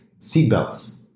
Seatbelts